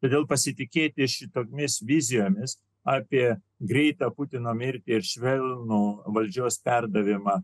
todėl pasitikėti šitomis vizijomis apie greitą putino mirtį ir švelnų valdžios perdavimą